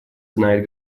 знает